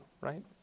right